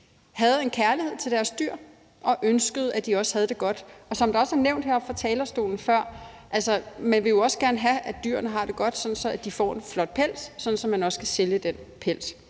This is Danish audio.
havde en kærlighed til deres dyr og ønskede, at de også havde det godt. Som det også er nævnt heroppe fra talerstolen før, vil man jo også gerne have, at dyrene har det godt, sådan at de får en flot pels, så man kan sælge den pels.